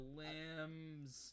limbs